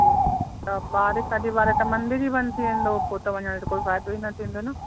त ॿारहें साढी ॿारहें त मंदिर ई बंदि थी वेंदो पोइ त वञण जो कोई फ़ाइदो ई न थींदो न